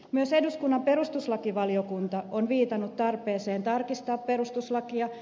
myös eduskunnan perustuslakivaliokunta on viitannut tarpeeseen tarkistaa perustuslakia